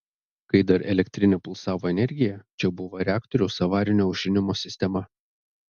kai dar elektrinė pulsavo energija čia buvo reaktoriaus avarinio aušinimo sistema